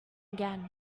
again